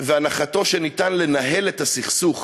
והנחתו שניתן לנהל את הסכסוך